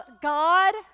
God